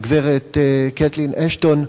הגברת קתרין אשטון,